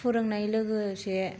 फोरोंनायजों लोगोसे